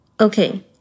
Okay